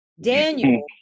Daniel